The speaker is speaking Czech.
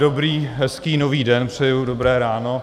Dobrý hezký nový den přeju, dobré ráno.